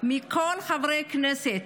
מכל חברי הכנסת: